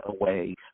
away